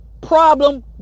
problem